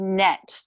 net